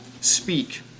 speak